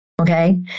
Okay